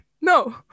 No